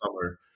summer